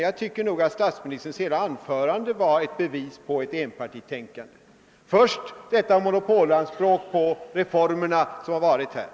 Jag tycker emellertid att statsministerns hela anförande var ett bevis på ett enpartitänkande. Där framfördes först monopolanspråk på de reformer som genomförts på olika områden.